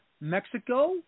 Mexico